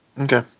Okay